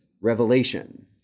revelation